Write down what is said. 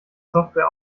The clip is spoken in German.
software